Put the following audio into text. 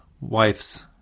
wife's